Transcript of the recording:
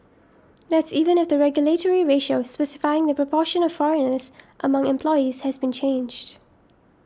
that's even if the regulatory ratio specifying the proportion of foreigners among employees has been changed